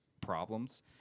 problems